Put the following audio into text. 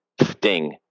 sting